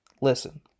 Listen